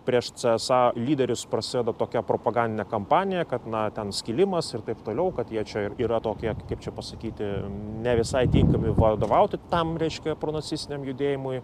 prieš cė es a lyderius prasideda tokia propagandinė kampanija kad na ten skilimas ir taip toliau kad jie čia yra tokie kaip čia pasakyti ne visai tinkami vadovauti tam reiškia pro nacistiniam judėjimui